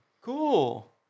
Cool